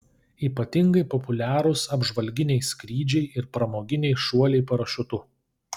ypatingai populiarūs apžvalginiai skrydžiai ir pramoginiai šuoliai parašiutu